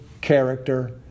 character